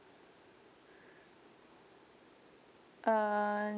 ah